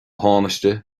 thánaiste